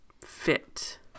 fit